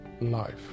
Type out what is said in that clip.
life